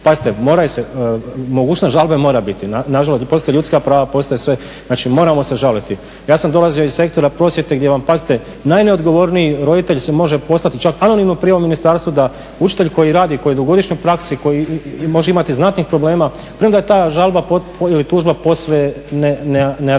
Pazite, mogućnost žalbe mora biti. Nažalost, postoje ljudska prava, postoji sve. Znači, moramo se žaliti. Ja sam dolazio iz sektora prosvjete gdje vam pazite najneodgovorniji roditelj može poslati i čak anonimnom prijavom ministarstvu da učitelj koji radi, koji je u dugogodišnjoj praksi, koji i može imati znatnih problema premda je ta žalba ili tužba posve neargumentirana.